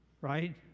Right